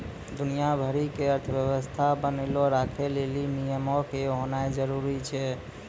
दुनिया भरि के अर्थव्यवस्था बनैलो राखै लेली नियमो के होनाए जरुरी छै